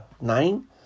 nine